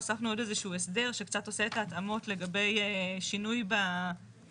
הוספנו עוד איזה שהוא הסדר שקצת עושה את ההתאמות לגבי שינוי במפרט,